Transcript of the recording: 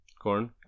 Corn